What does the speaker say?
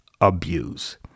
abuse